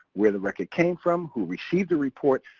where the record came from, who received the report,